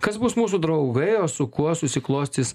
kas bus mūsų draugai o su kuo susiklostys